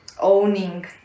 owning